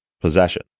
possession